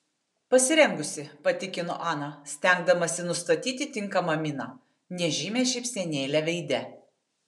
pasirengusi patikino ana stengdamasi nustatyti tinkamą miną nežymią šypsenėlę veide